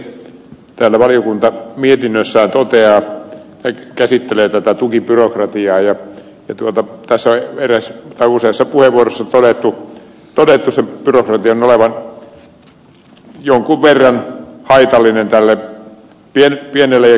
täällä valiokunta mietinnössään käsittelee tätä tukibyrokratiaa ja tässä on useissa puheenvuoroissa todettu sen byrokratian olevan jonkun verran haitallinen pienelle ja keskisuurellekin yritystoiminnalle